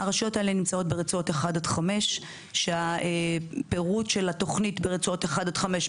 הרשויות האלה נמצאות ברצועות 1 עד 5 שהפירוט של התוכנית ברצועות 1 עד 5,